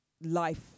life